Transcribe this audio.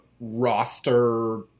roster